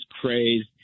crazed